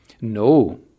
No